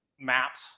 maps